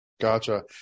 Gotcha